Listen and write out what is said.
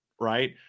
right